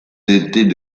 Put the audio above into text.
dotés